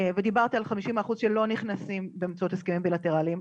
ודיברת על ה-50% שלא נכנסים באמצעות הסכמים בילטרליים.